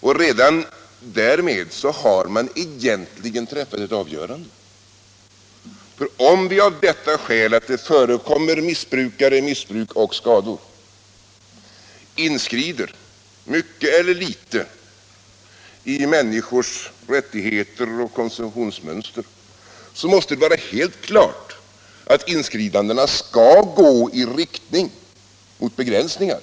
Och redan därmed har man egentligen träffat ett avgörande, för om vi av detta skäl, att det förekommer missbrukare, missbruk och skador inskrider, mycket eller litet, i människors rättigheter och konsumtionsmönster, måste det vara helt klart att inskridandena skall gå i riktning mot begränsningar.